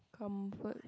comfort